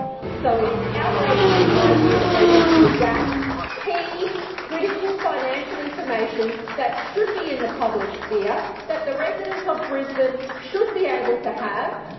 so it is outrageous in my view that they want to redact key critical financial information that should be in the public sphere, that the residents of brisbane should be able to have,